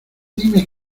dime